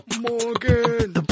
Morgan